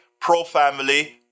pro-family